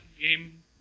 game